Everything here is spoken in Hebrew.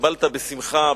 התקבלת בשמחה,